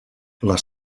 les